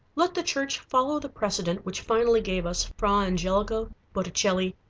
let the church follow the precedent which finally gave us fra angelico, botticelli,